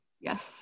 Yes